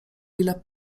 ile